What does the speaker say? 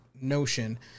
Notion